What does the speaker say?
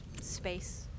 space